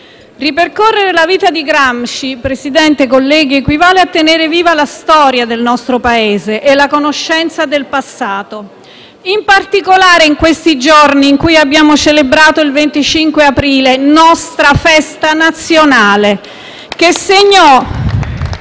Ripercorrere la vita di Gramsci, signor Presidente, colleghi, equivale a tenere viva la storia del nostro Paese e la conoscenza del passato, in particolare in questi giorni, in cui abbiamo celebrato il 25 aprile, nostra festa nazionale, che segnò,